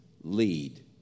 lead